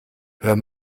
hört